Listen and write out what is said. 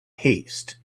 haste